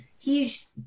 huge